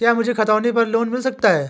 क्या मुझे खतौनी पर लोन मिल सकता है?